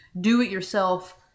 do-it-yourself